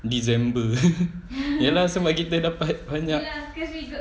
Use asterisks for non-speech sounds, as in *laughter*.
december *laughs* ya lah sebab kita dapat hanya